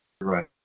right